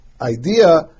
idea